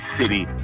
City